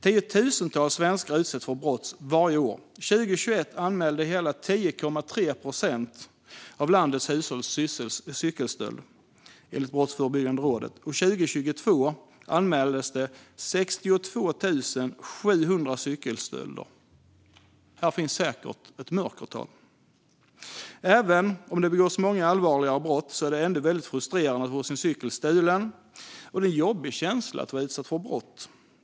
Tiotusentals svenskar utsätts för detta brott varje år; enligt Brå anmälde hela 10,3 procent av landets hushåll en cykelstöld under 2021. År 2022 anmäldes 62 700 cykelstölder. Här finns säkert ett mörkertal. Även om det begås många allvarligare brott är det väldigt frustrerande att få sin cykel stulen, och det är en jobbig känsla att vara utsatt för brott.